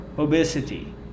obesity